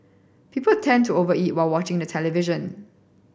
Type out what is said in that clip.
people tend to over eat while watching the television